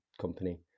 company